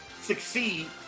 succeed